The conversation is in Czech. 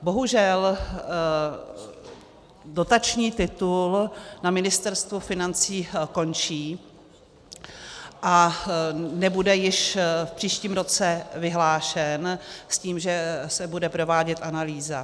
Bohužel dotační titul na Ministerstvu financí končí a nebude již v příštím roce vyhlášen s tím, že se bude provádět analýza.